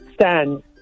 stand